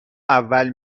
اول